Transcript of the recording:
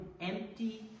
empty